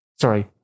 Sorry